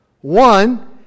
One